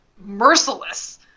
merciless